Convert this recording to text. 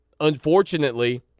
unfortunately